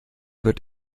wird